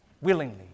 willingly